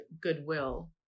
goodwill